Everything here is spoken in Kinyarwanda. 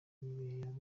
yabereye